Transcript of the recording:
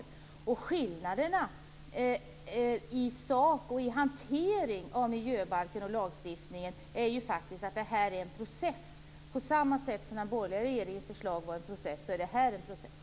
Det finns skillnader i sak och när det gäller hanteringen av miljöbalken och lagstiftningen, men på samma sätt som den borgerliga regeringens förslag var en process är det här en process.